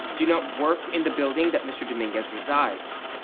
do you not work in the building that mr. dominguez resides?